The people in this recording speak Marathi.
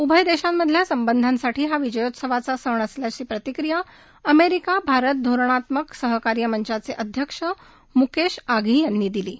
उभय देशांमधल्या संबंधासाठी हा विजयोत्सवाचा क्षण असल्याची प्रतिक्रिया अमेरिका भारत धोरणात्मक सहकार्यं मंचाचे अध्यक्ष मुकेश आघी यांनी दिली आहे